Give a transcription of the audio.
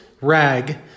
rag